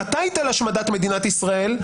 עם הטייטל השמדת מדינת ישראל,